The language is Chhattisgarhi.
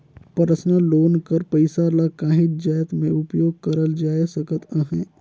परसनल लोन कर पइसा ल काहींच जाएत में उपयोग करल जाए सकत अहे